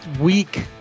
week